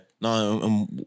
No